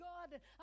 God